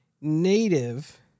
native